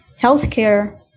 healthcare